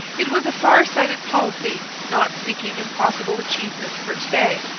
it was a far-sighted policy, not seeking impossible achievements for to-day,